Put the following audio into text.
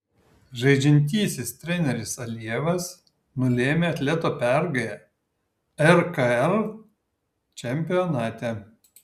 žaidžiantysis treneris alijevas nulėmė atleto pergalę rkl čempionate